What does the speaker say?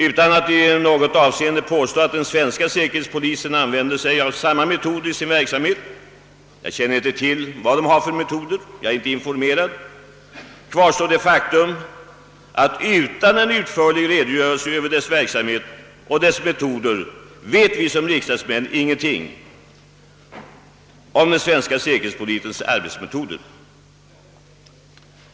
Utan att i något avseende påstå att den svenska säkerhetspolisen använder samma metoder i sin verksamhet — jag känner inte till vad den har för metoder; jag har inte blivit informerad därom — kvarstår det faktum att utan utförlig redogörelse för dess verksamhet och metoder vet vi som riksdagsmän ingenting om den svenska säkerhetspolisens sätt att arbeta.